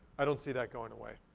i don't see that going away.